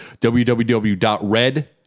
www.red